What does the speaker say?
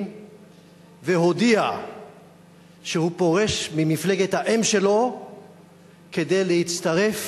והודיע שהוא פורש ממפלגת האם שלו כדי להצטרף